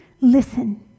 listen